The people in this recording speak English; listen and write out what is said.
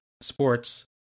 sports